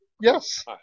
Yes